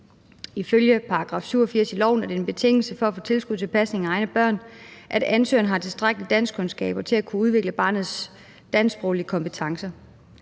Ifølge § 87 i loven er det en betingelse for at få tilskud til pasning af egne børn, at ansøgeren har tilstrækkelige danskkundskaber til at kunne udvikle barnets dansksproglige kompetencer.